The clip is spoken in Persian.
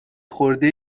خورده